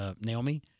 Naomi